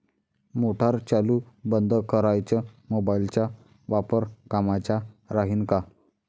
Motor चालू बंद कराच मोबाईलचा वापर कामाचा राहीन का?